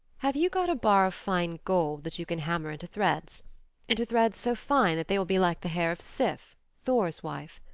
have you got a bar of fine gold that you can hammer into threads into threads so fine that they will be like the hair of sif, thor's wife?